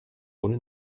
ohne